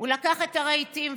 הוא לקח את הרהיטים,